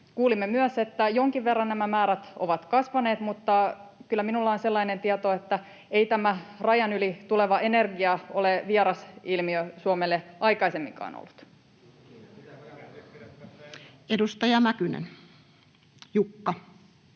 Kuulimme myös, että jonkin verran nämä määrät ovat kasvaneet, mutta kyllä minulla on sellainen tieto, ettei tämä rajan yli tuleva energia ole vieras ilmiö Suomelle aikaisemminkaan ollut. Edustaja Mäkynen, Jukka.